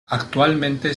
actualmente